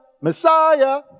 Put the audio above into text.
Messiah